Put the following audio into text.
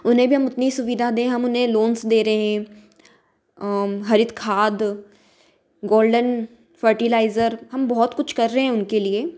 उन्हें भी हम इतनी सुविधा दें हम उन्हें लोन्स दे रहे हैं हरित खाद गोल्डन फर्टिलाइजर हम बहुत कुछ कर रहे हैं उनके लिए